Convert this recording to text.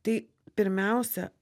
tai pirmiausia